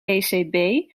ecb